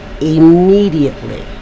immediately